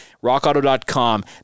rockauto.com